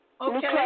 okay